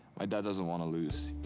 my dad doesn't wanna lose.